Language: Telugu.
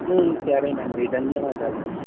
సరేనండీ ధన్యవాదాలు అండి